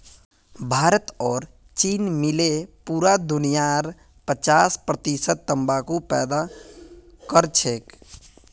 भारत और चीन मिले पूरा दुनियार पचास प्रतिशत तंबाकू पैदा करछेक